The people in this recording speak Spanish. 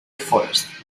forest